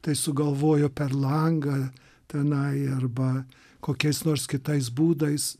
tai sugalvojo per langą tenai arba kokiais nors kitais būdais